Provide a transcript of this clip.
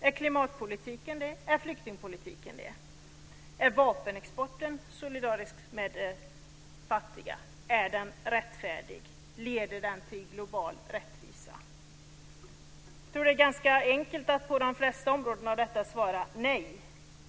Är klimatpolitiken det? Är flyktingpolitiken det? Är vapenexporten solidarisk med de fattiga? Är den rättfärdig? Leder den till global rättvisa? Jag tror att det är ganska enkelt att på de flesta av dessa områden svara nej.